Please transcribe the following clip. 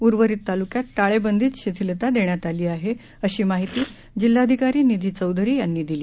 उर्वरित तालुक्यात ळेबंदीत शिथिलता देण्यात आली आहे अशी माहिती जिल्हाधिकारी निधी चौधरी यांनी दिली